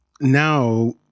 now